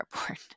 airport